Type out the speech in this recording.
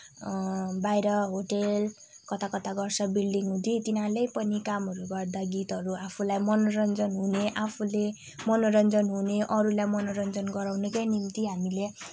बाहिर होटेल कता कता गर्छ बिल्डिङ हुँदि तिनीहरूले पनि कामहरू गर्दा गीतहरू आफूलाई मनोरञ्जन हुने आफूले मनोरञ्जन हुने अरूलाई मनोरञ्जन गराउनकै निम्ति हामीले